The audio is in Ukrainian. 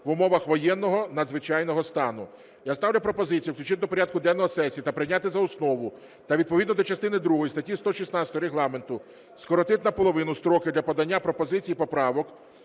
в умовах воєнного, надзвичайного стану. Я ставлю пропозицію включити до порядку денного сесії та прийняти за основу та відповідно до частини другої статті 116 Регламенту скоротити наполовину строки для подання пропозицій і поправок